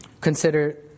Consider